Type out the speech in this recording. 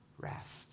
Rest